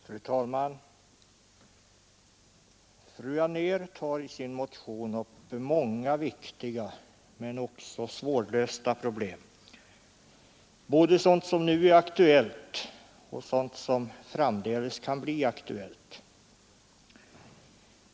Fru talman! Fru Anér tar i sin motion upp många viktiga men också svårlösta problem, både sådant som nu är aktuellt och sådant som framdeles kan bli aktuellt.